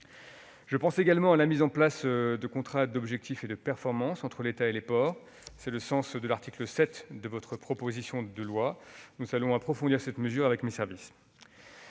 Je pense, par ailleurs, à la mise en place de contrats pluriannuels d'objectifs et de performance (COP) entre l'État et les ports. Tel est le sens de l'article 7 de votre proposition de loi. Nous allons approfondir cette mesure avec mes services.